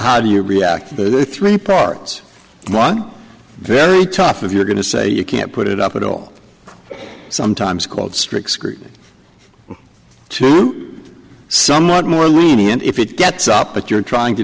how do you react to the three parts one very tough if you're going to say you can't put it up at all sometimes called strict scrutiny to some not more lenient if it gets up but you're trying to